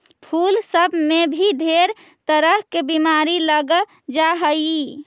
फूल सब में भी ढेर तरह के बीमारी लग जा हई